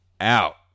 out